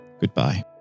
goodbye